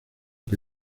que